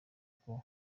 uko